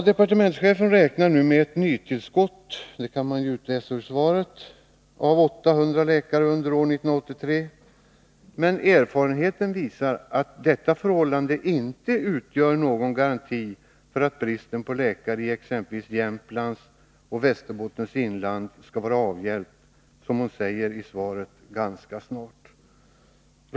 Departementschefen räknar nu med ett nytillskott — det kan man utläsa ur svaret — av 800 läkare under år 1983, men erfarenheten visar att detta förhållande inte utgör någon garanti för att bristen på läkare i exempelvis Jämtlands och Västerbottens inland skall vara avhjälpt — som hon säger i svaret — ”ganska snart”.